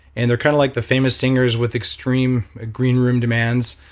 and they're kind of like the famous singers with extreme green room demands.